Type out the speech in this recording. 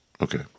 Okay